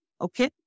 okay